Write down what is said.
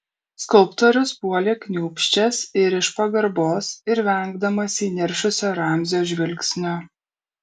skulptorius puolė kniūbsčias ir iš pagarbos ir vengdamas įniršusio ramzio žvilgsnio